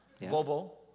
Volvo